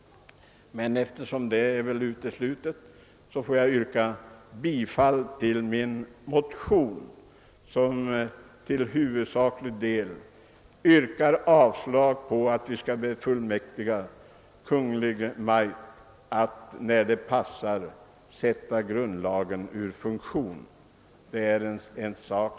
Eftersom detta är uteslutet, ber jag emellertid att få yrka bifall till min motion, som till huvudsaklig del syftar till att kravet på att Kungl. Maj:t skall befullmäktigas att när så befinnes lämpligt försätta grundlagen ur funktion skall avvisas.